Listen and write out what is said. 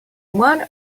one